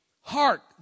Hark